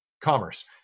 commerce